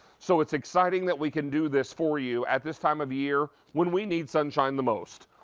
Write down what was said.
so it's exciting that we can do this for you at this time of year, when we need sunshine the most.